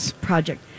project